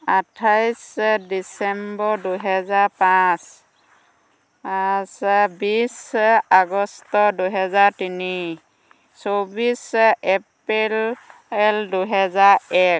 আঠাইছ ডিচেম্বৰ দুহেজাৰ পাঁচ বিছ আগষ্ট দুহেজাৰ তিনি চৌব্বিছ এপ্ৰিল দুহেজাৰ এক